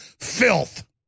filth